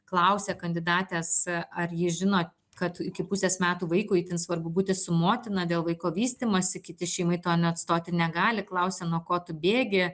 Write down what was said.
klausė kandidatės ar ji žino kad iki pusės metų vaikui itin svarbu būti su motina dėl vaiko vystymosi kiti šeimai to neatstoti negali klausė nuo ko tu bėgi